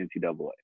NCAA